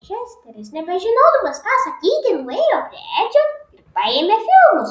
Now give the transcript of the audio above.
česteris nebežinodamas ką sakyti nuėjo prie edžio ir paėmė filmus